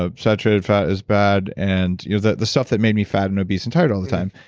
ah saturated fat is bad, and you know the the stuff that made me fat and obese and tired all the time,